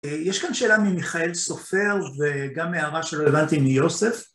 יש כאן שאלה ממיכאל סופר, וגם מהערה שלו הבנתי מיוסף